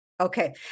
Okay